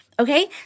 Okay